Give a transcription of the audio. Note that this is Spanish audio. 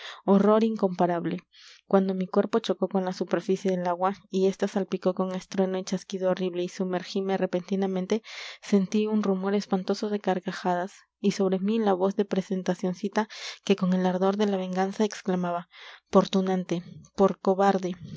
horror incomparable cuando mi cuerpo chocó con la superficie del agua y esta salpicó con estruendo y chasquido horrible y sumergime repentinamente sentí un rumor espantoso de carcajadas y sobre mí la voz de presentacioncita que con el ardor de la venganza exclamaba por tunante por cobarde